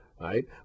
right